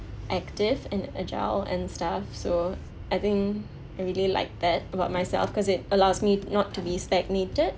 active and agile and stuff so I think I really like that about myself cause it allows me not to be stagnated